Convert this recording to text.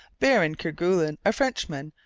baron kerguelen, a frenchman,